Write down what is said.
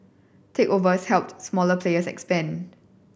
takeovers helped smaller players expand